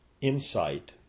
insight